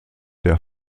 der